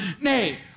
Nay